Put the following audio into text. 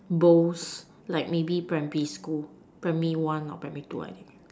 bowls like maybe primary school primary one or primary two I think